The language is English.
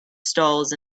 stalls